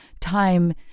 time